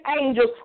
angels